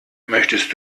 möchtest